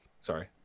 Sorry